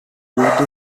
urdu